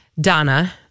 Donna